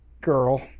Girl